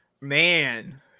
man